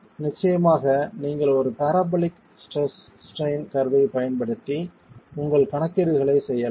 நிச்சயமாக நீங்கள் ஒரு பராபோலிக் ஸ்ட்ரெஸ் ஸ்ட்ரைன் கர்வ்வைப் பயன்படுத்தி உங்கள் கணக்கீடுகளை செய்யலாம்